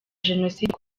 jenoside